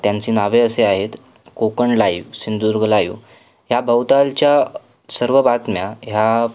त्यांची नावे असे आहेत कोकण लाईव सिंधुदुर्ग लाईव ह्या भोवतालच्या सर्व बातम्या ह्या